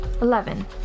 eleven